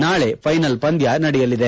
ನಾಳೆ ಫೈನಲ್ ಪಂದ್ಯ ನಡೆಯಲಿದೆ